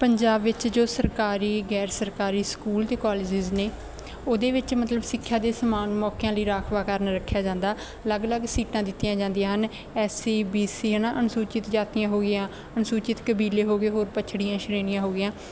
ਪੰਜਾਬ ਵਿੱਚ ਜੋ ਸਰਕਾਰੀ ਗੈਰ ਸਰਕਾਰੀ ਸਕੂਲ ਅਤੇ ਕੋਲਜਿਜ ਨੇ ਉਹਦੇ ਵਿੱਚ ਮਤਲਬ ਸਿੱਖਿਆ ਦੇ ਸਮਾਨ ਮੌਕਿਆਂ ਲਈ ਰਾਖਵਾਂਕਰਨ ਰੱਖਿਆ ਜਾਂਦਾ ਅਲੱਗ ਅਲੱਗ ਸੀਟਾਂ ਦਿੱਤੀਆਂ ਜਾਂਦੀਆਂ ਹਨ ਐਸ ਸੀ ਬੀ ਸੀ ਹੈ ਨਾ ਅਨੁਸੂਚਿਤ ਜਾਤੀਆਂ ਹੋ ਗਈਆਂ ਅਨੁਸੂਚਿਤ ਕਬੀਲੇ ਹੋ ਗਏ ਹੋਰ ਪਛੜੀਆਂ ਸ਼੍ਰੇਣੀਆਂ ਹੋ ਗਈਆਂ